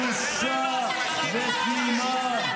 בושה וכלימה.